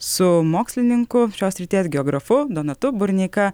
su mokslininku šios srities geografu donatu burneika